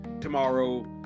tomorrow